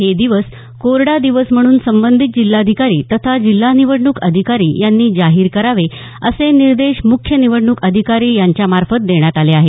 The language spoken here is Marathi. हे दिवस कोरडा दिवस म्हणून संबंधित जिल्हाधिकारी तथा जिल्हा निवडणूक अधिकारी यांनी जाहीर करावे असे निर्देश मुख्य निवडणूक अधिकारी यांच्यामार्फत देण्यात आले आहेत